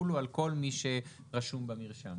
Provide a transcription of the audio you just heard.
שיחולו על כל מי שרשום במרשם.